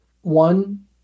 one